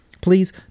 Please